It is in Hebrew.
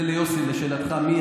ויוסי, לשאלתך, מי?